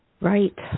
Right